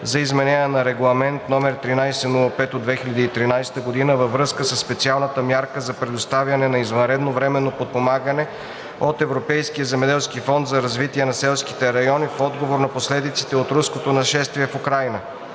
за изменение на Регламент (ЕС) № 1305/2013 във връзка със специална мярка за предоставяне на извънредно временно подпомагане от Европейския земеделски фонд за развитие на селските райони (ЕЗФРСР) в отговор на последиците от руското нашествие в Украйна.